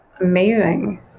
amazing